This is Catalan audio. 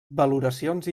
valoracions